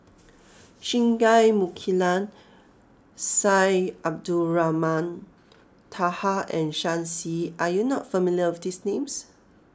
Singai Mukilan Syed Abdulrahman Taha and Shen Xi are you not familiar with these names